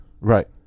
Right